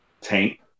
Tank